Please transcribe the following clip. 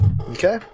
Okay